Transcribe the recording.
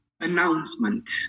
announcement